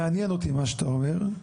מעניין אותי מה שאתה אומר,